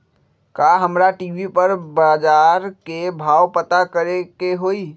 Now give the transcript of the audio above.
का हमरा टी.वी पर बजार के भाव पता करे के होई?